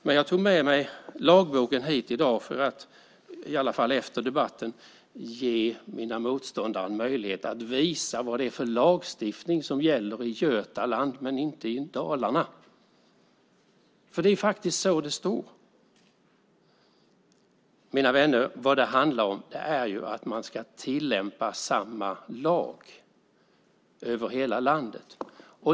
Men jag tog med mig lagboken hit i dag för att i alla fall efter debatten ge mina motståndare en möjlighet att visa vad det är för lagstiftning som gäller i Götaland men inte i Dalarna. För det är faktiskt så det står. Mina vänner, det handlar ju om att man ska tillämpa samma lag över hela landet.